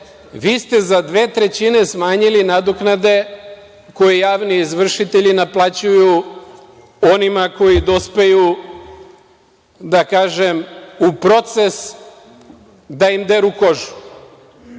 za dve trećine smanjili nadoknade koje javni izvršitelji naplaćuju onima koji dospeju, da kažem, u proces da im deru kožu. Vi